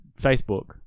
Facebook